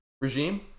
regime